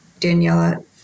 Daniela